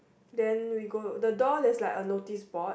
then we go the door there's like a noticeboard